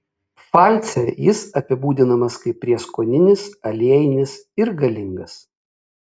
pfalce jis apibūdinamas kaip prieskoninis aliejinis ir galingas